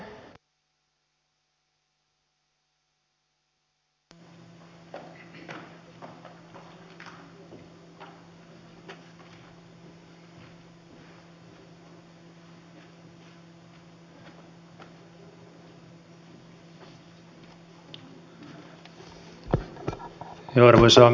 arvoisa rouva puhemies